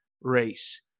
race